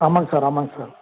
ஆமாங்க சார் ஆமாங்க சார்